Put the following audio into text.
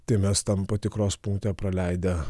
tai mes tam patikros punkte praleidę